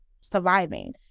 surviving